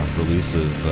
releases